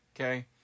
Okay